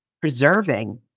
preserving